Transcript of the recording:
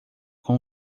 com